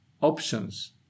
options